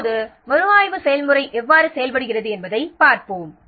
இப்போது மறுஆய்வு செயல்முறை எவ்வாறு செயல்படுகிறது என்பதைப் பார்ப்போம்